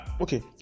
Okay